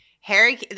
Harry